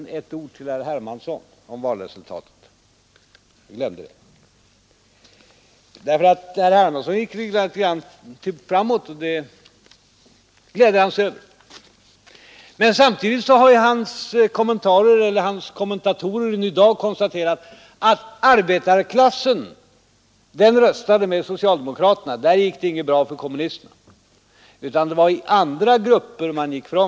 Herr Hermansson sade att hans parti gick framåt, och han gladde sig över det. Men hans kommentatorer i Ny Dag har konstaterat att arbetarklassen röstade med socialdemokraterna. Där gick det inte bra för kommunisterna. Det var i andra grupper man gick framåt.